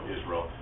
Israel